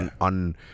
On